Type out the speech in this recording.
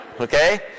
Okay